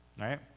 right